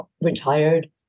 retired